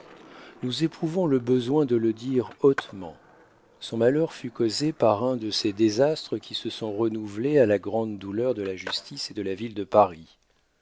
nous éprouvons le besoin de le dire hautement son malheur fut causé par un de ces désastres qui se sont renouvelés à la grande douleur de la justice et de la ville de paris